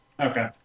Okay